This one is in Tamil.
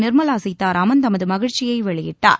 நிா்மலா சீதாராமன் தமது மகிழ்ச்சியை வெளியிட்டார்